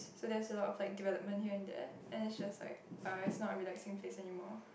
so there's a lot of like development here and there then it's just like uh it's not a relaxing place anymore